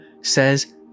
says